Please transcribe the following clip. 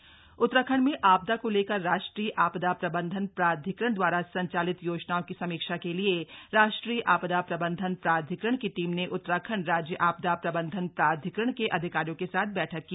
आपदा बैठक उत्तराखंड में आपदा को लेकर राष्ट्रीय आपदा प्रबंधन प्राधिकरण दवारा संचालित योजनाओं की समीक्षा के लिए राष्ट्रीय आपदा प्रबंधन प्राधिकरण की टीम ने उत्तराखंड राज्य आपदा प्रबंधन प्राधिकरण के अधिकारियों के साथ बैठक की